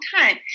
time